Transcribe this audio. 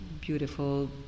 beautiful